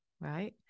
right